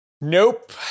Nope